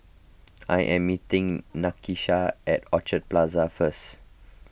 I am meeting Nakisha at Orchard Plaza first